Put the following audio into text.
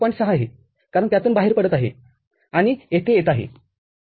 ६ आहे कारण त्यातून बाहेर पडत आहेआणि येथे येत आहेठीक आहे